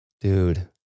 dude